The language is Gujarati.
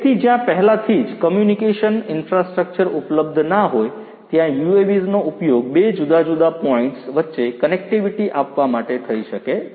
તેથી જ્યાં પહેલાથી જ કોમ્યુનીકેશન ઇન્ફ્રાસ્ટ્રકચર ઉપલબ્ધ નાં હોય ત્યાં UAVsનો ઉપયોગ બે જુદા જુદા પોઇન્ટ્સ વચ્ચે કનેક્ટિવિટી આપવા માટે થઈ શકે છે